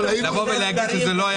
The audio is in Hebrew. אי-אפשר להגיד שזה לא היה בזמן.